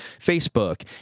Facebook